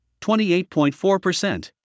28.4%